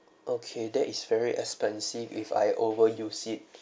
okay that is very expensive if I overuse it